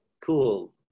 cool